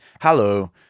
hello